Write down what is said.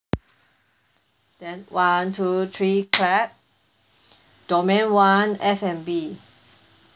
then one two three clap domain one F&B